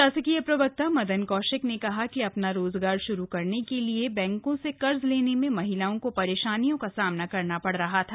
सरकारी प्रवक्ता मदन कौशिक ने कहा कि अपना रोजगार श्रू करने के लिए बैंकों से कर्ज लेने में महिलाओं को परेशानी का सामना करना पड़ रहा था